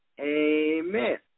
Amen